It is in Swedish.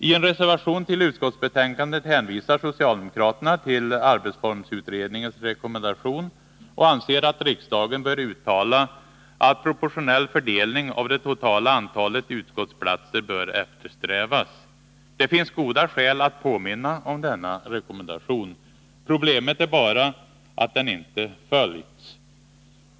I en reservation till utskottsbetänkandet hänvisar socialdemokraterna till arbetsformsutredningens rekommendation och anser att riksdagen bör uttala att proportionell fördelning av det totala antalet utskottsplatser bör eftersträvas. Det finns goda skäl att påminna om denna rekommendation. Problemet är bara att den inte följts.